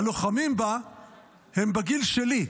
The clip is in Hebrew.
הלוחמים בה הם בגיל שלי,